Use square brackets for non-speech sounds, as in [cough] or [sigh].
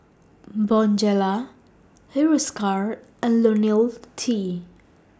Bonjela Hiruscar and [unintelligible] T